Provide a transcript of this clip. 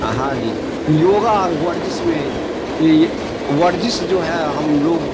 ہاں جی یوگا اور ورزش میں ورزش جو ہے ہم لوگ